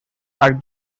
are